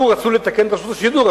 לו רצו לתקן את רשות השידור,